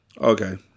Okay